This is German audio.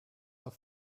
auf